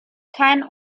keinen